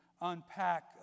unpack